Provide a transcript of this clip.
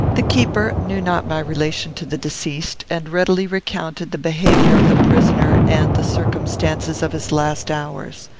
the keeper knew not my relation to the deceased, and readily recounted the behaviour of the prisoner and the circumstances of his last hours.